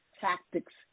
tactics